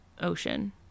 ocean